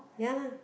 ya